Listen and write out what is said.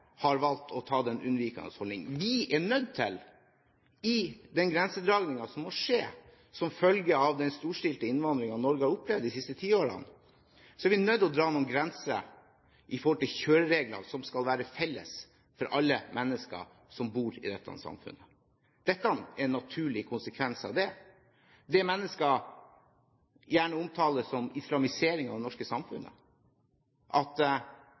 har valgt å ta en unnvikende holdning. I den grensedragningen som må skje som følge av den storstilte innvandringen Norge har opplevd de siste ti årene, er vi nødt til å dra noen grenser for kjøreregler som skal være felles for alle mennesker som bor i dette samfunnet. Dette er en naturlig konsekvens av det. Det mennesker gjerne omtaler som islamisering av det norske samfunnet – at